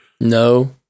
No